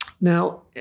Now